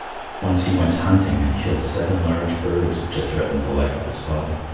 once he went hunting and killed seven large birds which had threatened the life of his father.